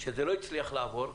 שזה לא הצליח לעבור,